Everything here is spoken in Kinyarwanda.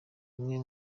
amwe